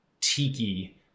tiki